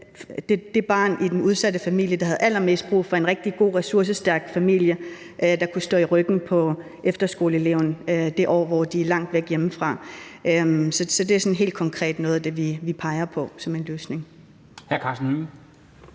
barnet i den udsatte familie, der har allermest brug for en rigtig god, ressourcestærk familie, der kunne give rygstød til efterskoleeleven det år, hvor vedkommende er langt væk hjemmefra. Så det er sådan helt konkret noget af det, vi peger på som en løsning.